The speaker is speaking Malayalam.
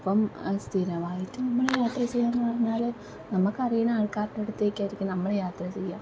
അപ്പം സ്ഥിരമായിട്ട് നമ്മള് യാത്ര ചെയ്യാമെന്ന് പറഞ്ഞാല് നമുക്ക് അറിയുന്ന ആൾക്കാരുടെ അടുത്തേക്കായിരിക്കും നമ്മള് യാത്ര ചെയ്യുക